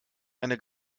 eine